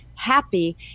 Happy